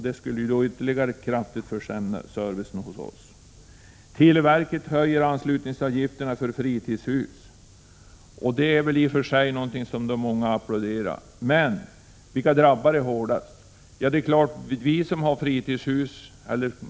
Det skulle då ytterligare kraftigt försämra servicen hos oss i glesbygderna. Televerket höjer anslutningsavgifterna för fritidshus. Det är i och för sig kanske någonting som många applåderar, men vilka drabbar det hårdast?